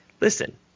Listen